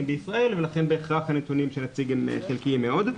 בישראל ולכן בהכרח הנתונים שנציג הם חלקיים מאוד.